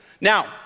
Now